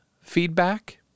feedback